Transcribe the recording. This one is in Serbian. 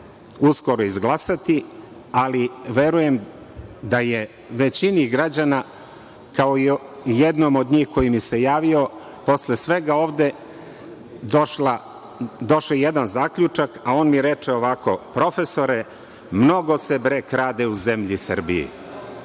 uskoro izglasati, ali verujem da je većini građana, kao i jednom od njih koji mi se javio posle svega ovde došao jedan zaključak, a on mi je rekao ovako – profesore, mnogo se krade u zemlji Srbiji.